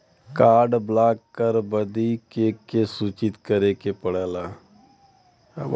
Card block करे बदी के के सूचित करें के पड़ेला?